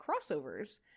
crossovers